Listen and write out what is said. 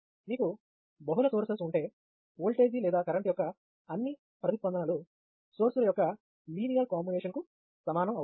మీకు బహుళ సోర్సెస్ ఉంటే ఓల్టేజీ లేదా కరెంటు యొక్క అన్ని ప్రతిస్పందనలు సోర్సులు యొక్క లీనియర్ కాంబినేషన్ కు సమానం అవుతుంది